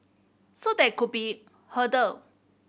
so that could be hurdle